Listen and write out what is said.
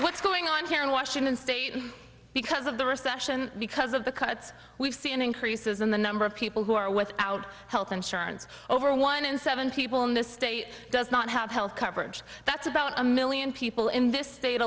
what's going on here in washington state because of the recession because of the cuts we've seen increases in the number of people who are without health insurance over one in seven people in this state does not have health coverage that's about a million people in this state